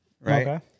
right